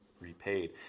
repaid